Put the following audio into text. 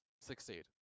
succeed